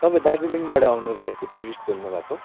तपाईँ दार्जिलिङबाट आउनु भएको टुरिस्ट बोल्नुभएको